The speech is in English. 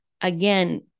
again